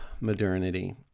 modernity